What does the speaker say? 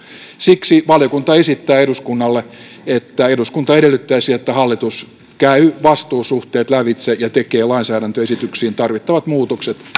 siksi valiokunta esittää eduskunnalle että eduskunta edellyttäisi että hallitus käy vastuusuhteet lävitse ja tekee lainsäädäntöesityksiin tarvittavat muutokset